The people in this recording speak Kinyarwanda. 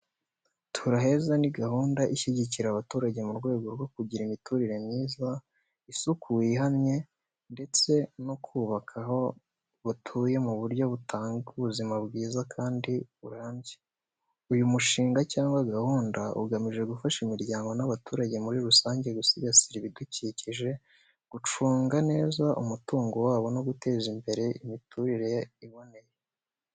“Tura Heza” ni gahunda ishyigikira abaturage mu rwego rwo kugira imiturire myiza, isuku ihamye, ndetse no kubaka aho batuye mu buryo butanga ubuzima bwiza kandi burambye. Uyu mushinga cyangwa gahunda ugamije gufasha imiryango n’abaturage muri rusange gusigasira ibidukikije, gucunga neza umutungo wabo, no guteza imbere imiturire iboneye.